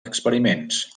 experiments